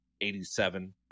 eighty-seven